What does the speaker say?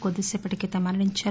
కొద్దిసేపటి క్రితం మరణించారు